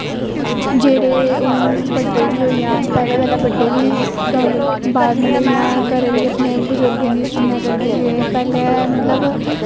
जेह्ड़े हून बड्डे बी होई जान पैह्लें पैह्लें बड्डे बी गल्ल बात मतलब इ'यां घरै दी बजुर्गें दी सुनै करदे हे पैह्लें मतलब